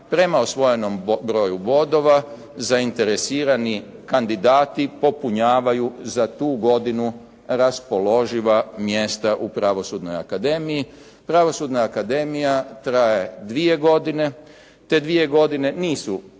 prema osvojenom broju bodova zainteresirani kandidati popunjavaju za tu godinu raspoloživa mjesta u pravosudnoj akademiji. Pravosudna akademija traje 2 godine. Te 2 godine nisu